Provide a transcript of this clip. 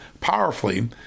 powerfully